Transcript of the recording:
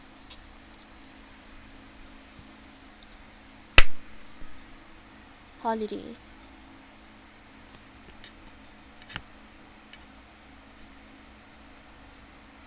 holiday